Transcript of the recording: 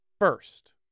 first